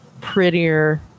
prettier